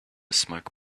smoke